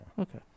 Okay